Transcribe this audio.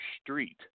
street